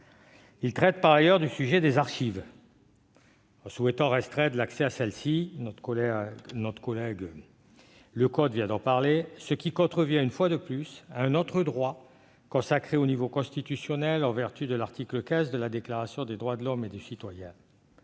loi traite par ailleurs de la question des archives : il prévoit de restreindre l'accès à celles-ci- notre collègue Leconte vient d'en parler -, ce qui contrevient à un autre droit consacré au niveau constitutionnel en vertu de l'article XV de la Déclaration des droits de l'homme et du citoyen.